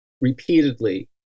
repeatedly